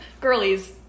girlies